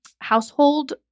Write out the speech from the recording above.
household